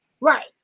Right